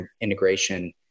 integration